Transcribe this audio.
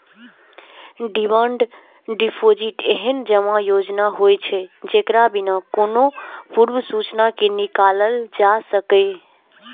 demand deposit एहन जमा योजना होइ छै, जेकरा बिना कोनो पूर्व सूचना के निकालल जा सकैए